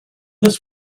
this